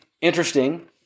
interesting